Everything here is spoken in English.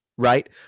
Right